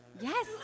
Yes